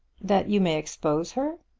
that you may expose her?